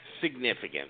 significant